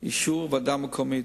אישור ועדה מקומית.